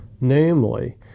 Namely